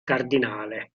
cardinale